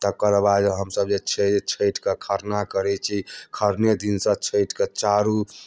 तकर बाद हमसब जे छै छठि कऽ खरना करैत छी खरने दिनसँ छठिकऽ चारू